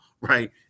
Right